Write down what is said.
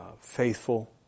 faithful